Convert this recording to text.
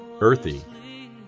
earthy